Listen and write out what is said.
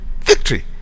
Victory